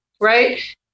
right